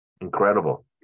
incredible